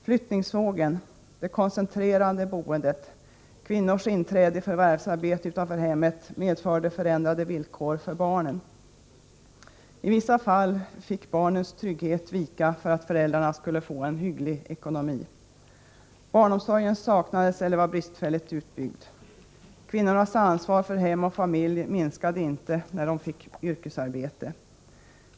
Flyttningsvågen, det koncentrerade boendet och kvinnors inträde i förvärvsarbete utanför hemmet medförde förändrade villkor för barnen. I vissa fall fick barnens trygghet vika för att föräldrarna skulle få en hygglig ekonomi. Barnomsorgen saknades eller var bristfälligt utbyggd. Kvinnornas ansvar för hem och familj minskade inte när de fick yrkesarbete.